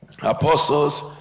apostles